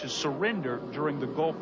to surrender during the gulf